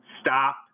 stop